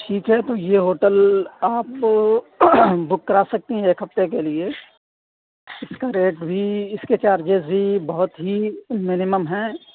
ٹھیک ہے تو یہ ہوٹل آپ بک کرا سکتی ہیں ایک ہفتے کے لیے اِس کا ریٹ بھی اِس کے چارجز بھی بہت ہی مینیمم ہیں